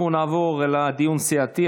אנחנו נעבור לדיון סיעתי.